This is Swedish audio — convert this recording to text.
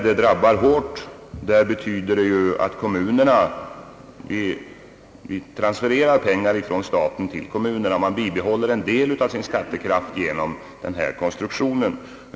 Vi transfererar pengar från staten till kommunerna, och där arbetslösheten drabbar hårt betyder det att man där bibehåller en del av sin skattekraft genom denna konstruktion.